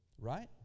Right